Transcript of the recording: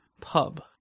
pub